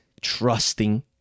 trusting